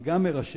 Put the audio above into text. ואני גם אירשם,